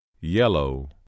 yellow